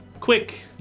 quick